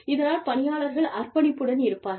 இதனால் பணியாளர்கள் அர்ப்பணிப்புடன் இருப்பார்கள்